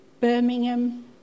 Birmingham